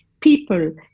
people